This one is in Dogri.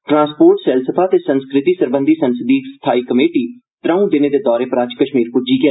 ट्रांसपोर्ट सैलसफा ते संस्कृति सरबंधी संसदीय स्थाई कमेटी अज्ज त्रौं दिनें दे दौरे पर कश्मीर पुज्जी ऐ